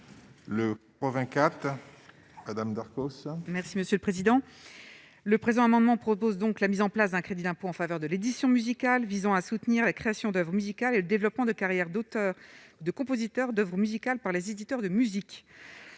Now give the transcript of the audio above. le présent amendement propose donc la mise en place d'un crédit d'impôt en faveur de l'édition musicale visant à soutenir la création d'Oeuvres musicales et le développement de carrière d'auteurs de compositeurs d'Oeuvres musicales par les éditeurs de musique